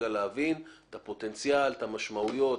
להבין את הפוטנציאל ואת המשמעויות,